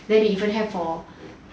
then they even have for